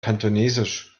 kantonesisch